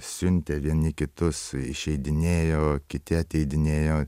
siuntė vieni kitus išeidinėjo kiti ateidinėjo